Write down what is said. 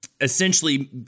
Essentially